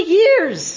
years